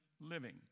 living